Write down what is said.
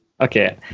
Okay